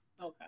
okay